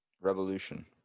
Revolution